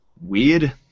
Weird